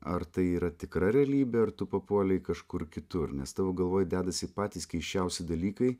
ar tai yra tikra realybė ar tu papuolei kažkur kitur nes tavo galvoj dedasi patys keisčiausi dalykai